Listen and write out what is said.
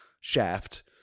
Shaft